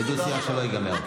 זה דו-שיח שלא ייגמר.